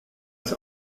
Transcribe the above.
ist